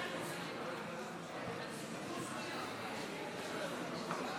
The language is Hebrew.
הרי תוצאות ההצבעה על חוק-יסוד: